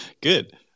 Good